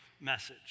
message